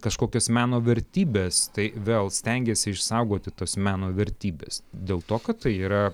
kažkokios meno vertybės tai vėl stengiasi išsaugoti tas meno vertybes dėl to kad tai yra